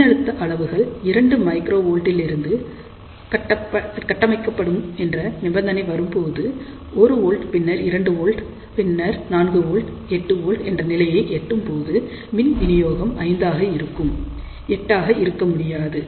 மின்னழுத்த அளவுகள் 2 மைக்ரோ வோல்ட்டிலிருந்து கட்டமைக்கப்படும் என்ற நிபந்தனை வரும்போது 1V பின்னர் 2V பின்னர் 4V 8 V என்ற நிலையை எட்டும்போது மின் வினியோகம் 5 ஆக இருந்தால் 8V ஆக இருக்க முடியாது